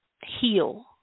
heal